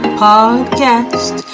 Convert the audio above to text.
podcast